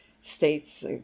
states